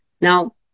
Now